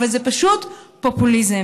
אבל זה פשוט פופוליזם.